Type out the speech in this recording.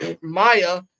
Maya